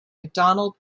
macdonald